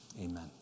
Amen